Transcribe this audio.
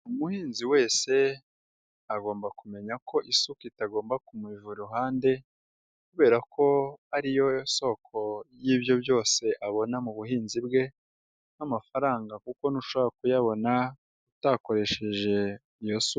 Umuhinzi wese agomba kumenya ko isuka itagomba kumuva iruhande kubera ko ariyo soko y'ibyo byose abona mu buhinzi bwe n'amafaranga kuko ntushobora kuyabona utakoresheje iyo suka.